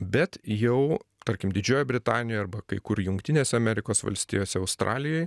bet jau tarkim didžiojoje britanijoje arba kai kur jungtinėse amerikos valstijose australijoj